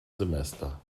semester